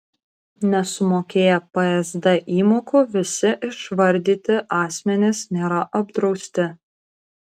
nesumokėję psd įmokų visi išvardyti asmenys nėra apdrausti